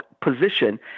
position